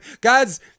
guys